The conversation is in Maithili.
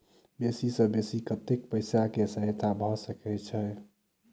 बेसी सऽ बेसी कतै पैसा केँ सहायता भऽ सकय छै?